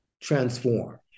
transform